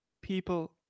people